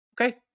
Okay